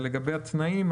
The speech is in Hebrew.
לגבי עצמאים,